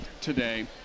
today